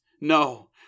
No